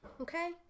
Okay